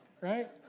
right